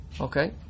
Okay